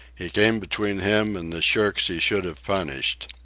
he came between him and the shirks he should have punished.